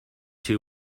two